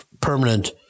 permanent